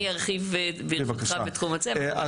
ברשותך, אני ארחיב בתחום הצמח.